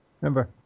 Remember